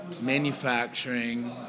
manufacturing